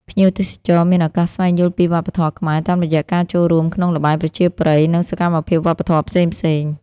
ភ្ញៀវទេសចរមានឱកាសស្វែងយល់ពីវប្បធម៌ខ្មែរ តាមរយៈការចូលរួមក្នុងល្បែងប្រជាប្រិយ និងសកម្មភាពវប្បធម៌ផ្សេងៗ។